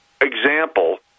example